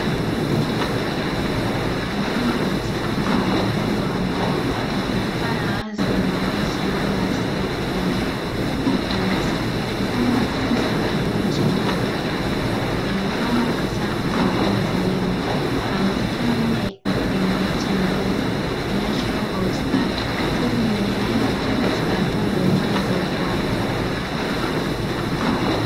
Ndani ya bustani yenye muundo ambao napaa la wazi linalo ruhusu mwanga wa asili kupenya kwa ufanisi mfumo wa kisasa wa kilimo cha maji, imepangwa kwa safu za boma za wima ambazo kila mmoja ina miche midogo inayoshikwa kwa ustawi, huku mimea hiyo ikiwa katika hatua mbalimbali za ukuaji.